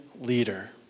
leader